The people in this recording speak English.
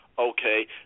okay